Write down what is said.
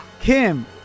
Kim